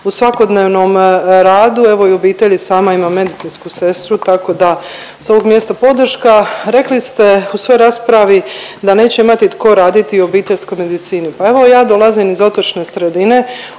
u svakodnevnom radu. Evo i u obitelji sama imam medicinsku sestru, tako da sa ovog mjesta podrška. Rekli ste u svojoj raspravi da neće imati tko raditi u obiteljskoj medicini. Pa evo ja dolazim iz otočne sredine,